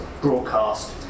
broadcast